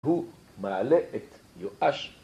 ‫הוא מעלה את יואש.